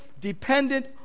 dependent